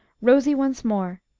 rosy once more,